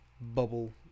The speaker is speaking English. bubble